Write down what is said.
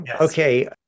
Okay